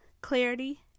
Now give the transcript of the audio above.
clarity